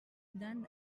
dan